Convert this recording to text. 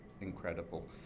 incredible